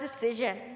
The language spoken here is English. decision